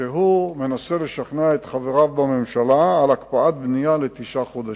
כשהוא מנסה לשכנע את חבריו בממשלה בהקפאת בנייה לתשעה חודשים,